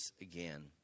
again